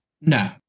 No